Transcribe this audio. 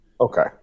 Okay